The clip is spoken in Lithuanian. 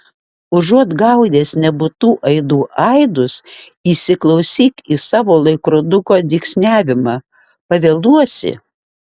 užuot gaudęs nebūtų aidų aidus įsiklausyk į savo laikroduko dygsniavimą pavėluosi